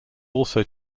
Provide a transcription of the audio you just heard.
also